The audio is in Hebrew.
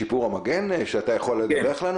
זה לא כולל רק האם השב"כ יודע לעשות את זה.